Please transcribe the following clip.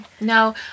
No